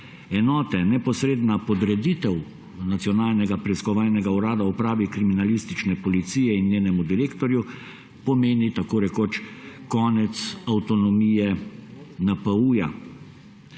enote. Neposredna podreditev Nacionalnega preiskovalnega urada upravi kriminalistične policije in njenemu direktorju pomeni tako rekoč konec avtonomije NPU.